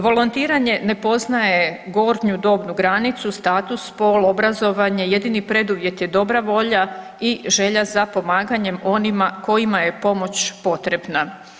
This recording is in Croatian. Volontiranje ne poznaje gornju dobnu granicu, status, spol, obrazovanje, jedini preduvjet je dobra volja i želja za pomaganjem onima kojima je pomoć potrebna.